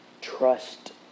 Trust